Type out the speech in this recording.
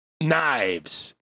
knives